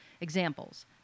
Examples